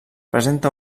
presenta